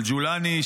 אל-ג'ולאני,